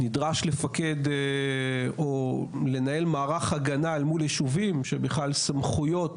נדרש לפקד או לנהל מערך הגנה אל מול ישובים שבכלל סמכויות